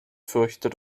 fürchtet